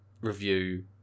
review